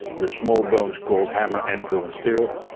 the small bones called hammer, anvil and stirrup,